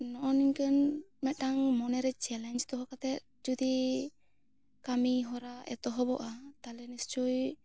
ᱱᱚᱜᱼᱚᱭ ᱱᱤᱝᱠᱟᱹᱱ ᱢᱮᱫᱴᱟᱝ ᱢᱚᱱᱮ ᱨᱮ ᱪᱮᱞᱮᱱᱡᱽ ᱫᱚᱦᱚ ᱠᱟᱛᱮ ᱡᱚᱫᱤ ᱠᱟᱹᱢᱤ ᱦᱚᱨᱟ ᱮᱛᱚᱦᱚᱵᱚᱜᱼᱟ ᱛᱟᱦᱚᱞᱮ ᱱᱤᱥᱪᱚᱭ